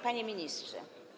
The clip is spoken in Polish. Panie Ministrze!